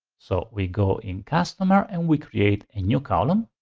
so we go in customer and we create a new column,